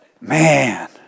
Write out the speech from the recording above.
Man